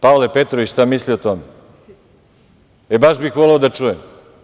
Pavle Petrović šta misli o tome, baš bih voleo da čujem?